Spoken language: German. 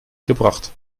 gebracht